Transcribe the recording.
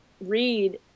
read